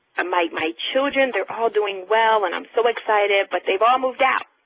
ah my my children, they're all doing well and i'm so excited but they've all moved out.